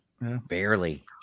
Barely